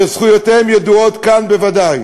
שזכויותיהם ידועות כאן בוודאי.